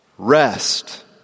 Rest